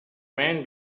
men